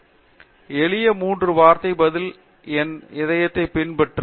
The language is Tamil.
ஆர் சக்ரவர்த்தி எளிய 3 வார்த்தை பதில் உன் இதயத்தை பின்பற்று